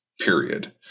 period